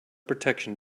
protection